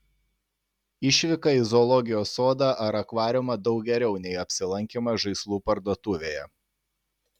išvyka į zoologijos sodą ar akvariumą daug geriau nei apsilankymas žaislų parduotuvėje